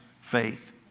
faith